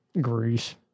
Greece